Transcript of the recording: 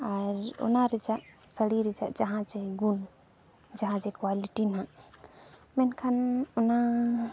ᱟᱨ ᱚᱱᱟ ᱨᱮᱡᱟᱜ ᱥᱟᱹᱲᱤ ᱨᱮᱡᱟᱜ ᱡᱟᱦᱟᱸ ᱡᱮ ᱜᱩᱱ ᱡᱟᱦᱟᱸ ᱡᱮ ᱠᱚᱣᱟᱞᱤᱴᱤ ᱱᱟᱦᱟᱸᱜ ᱢᱮᱱᱠᱷᱟᱱ ᱚᱱᱟ